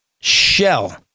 shell